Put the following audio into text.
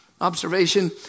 Observation